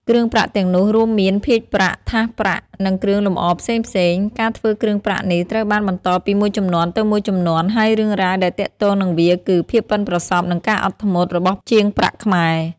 គ្រឿងប្រាក់ទាំងនោះរួមមាន ភាជន៍ប្រាក់ ថាសប្រាក់ និងគ្រឿងលម្អផ្សេងៗ។ ការធ្វើគ្រឿងប្រាក់នេះត្រូវបានបន្តពីមួយជំនាន់ទៅមួយជំនាន់ ហើយរឿងរ៉ាវដែលទាក់ទងនឹងវា គឺ ភាពប៉ិនប្រសប់និងការអត់ធ្មត់ របស់ជាងប្រាក់ខ្មែរ។